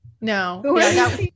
no